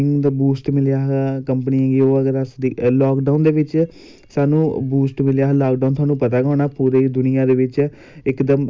district level दे match होन nation level दे मैच होन ओह्दे च बच्चा अपने जेह्ड़ा बी परफंमैंस ऐ बच्चा अपनी दस्सी सकै अस इयै चाह्न्ने न जै श्री राम